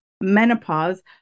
menopause